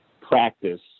practice